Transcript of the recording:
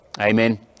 Amen